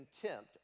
contempt